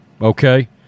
okay